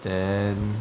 then